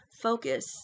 Focus